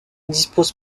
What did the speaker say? dispose